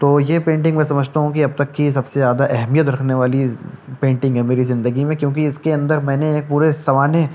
تو یہ پینٹنگ میں سمجھتا ہوں کہ اب تک کی سب سے زیادہ اہمیت رکھنے والی پینٹنگ ہے میری زندگی میں کیوںکہ اس کے اندر میں نے ایک پورے سوانح